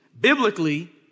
Biblically